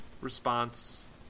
response